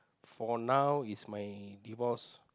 for now is my divorce